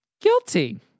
Guilty